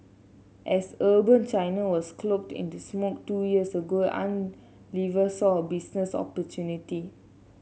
as urban China was cloaked in the smog two years ago saw a business opportunity